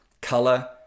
color